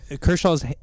Kershaw's